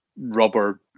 rubber